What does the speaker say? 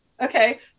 okay